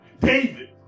David